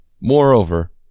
Moreover